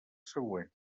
següent